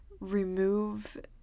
remove